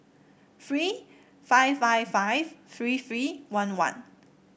three five five five three three one one